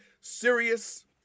serious